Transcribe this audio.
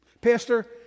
Pastor